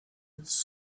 its